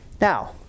Now